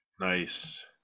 Nice